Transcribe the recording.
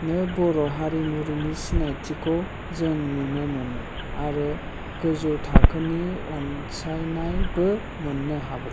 नो बर' हारिमुनि सिनायथिखौ जों नुनो मोनो आरो गोजौ थाखोनि अनसायनायबो मोन्नो हागौ